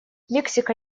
мексика